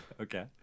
Okay